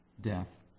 death